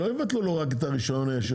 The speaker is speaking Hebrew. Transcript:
שלא יבטלו לו רק את הרישיון הישיר,